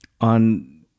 on